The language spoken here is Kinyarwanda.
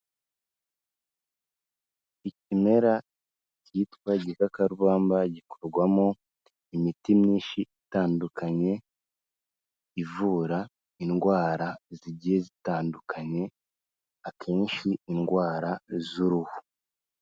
Ikimera cyitwa igikakarubamba gikorwamo imiti myinshi itandukanye, ivura indwara zigiye zitandukanye, akenshi indwara z'uruhu.